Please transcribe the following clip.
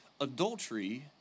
adultery